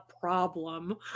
problem